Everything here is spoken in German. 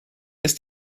ist